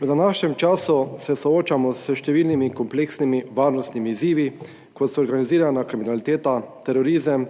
V današnjem času se soočamo s številnimi kompleksnimi varnostnimi izzivi, kot so organizirana kriminaliteta, terorizem